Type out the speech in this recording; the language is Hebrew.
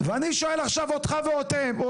ואני שואל עכשיו אותך ואתכם,